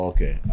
Okay